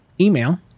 email